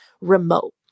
remote